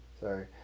Sorry